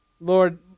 Lord